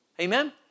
Amen